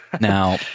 Now